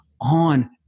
on